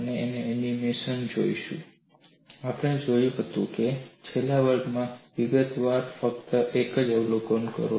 આપણે એનિમેશન જોશું આપણે જોયું હતું કે છેલ્લા વર્ગમાં વિગતવાર ફક્ત તેનું અવલોકન કરો